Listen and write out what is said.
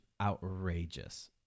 outrageous